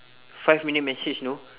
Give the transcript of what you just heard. five minute message know